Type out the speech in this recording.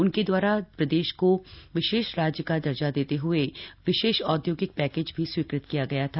उनके द्वारा प्रदेश को विशेष राज्य का दर्जा देते हुए विशेष औद्योगिक पैकेज भी स्वीकृत किया गया था